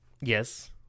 Yes